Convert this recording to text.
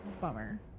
bummer